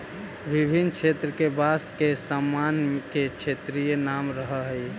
विभिन्न क्षेत्र के बाँस के सामान के क्षेत्रीय नाम रहऽ हइ